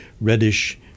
reddish